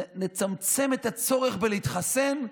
נצמצם את הצורך בהתחסנות,